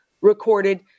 recorded